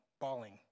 bawling